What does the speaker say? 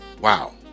Wow